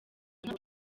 ntawe